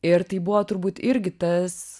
ir tai buvo turbūt irgi tas